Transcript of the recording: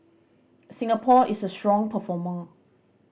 Singapore is a strong performer